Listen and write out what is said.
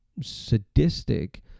sadistic